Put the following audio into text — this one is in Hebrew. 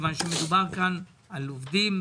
מדובר כאן על עובדים,